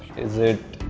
is it